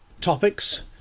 topics